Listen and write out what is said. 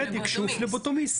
על כך שהוא פלבוטומיסט.